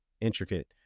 intricate